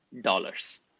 dollars